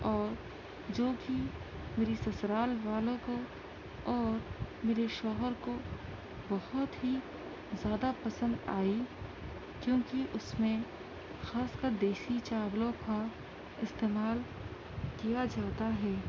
اور جوکہ میری سسرال والوں کو اور میرے شوہر کو بہت ہی زیادہ پسند آئی کیونکہ اس میں خاص کر دیسی چاولوں کا استعمال کیا جاتا ہے